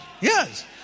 Yes